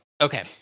Okay